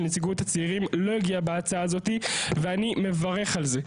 נציגות הצעירים לא הגיע בהצעת הזאת ואני מברך על זה.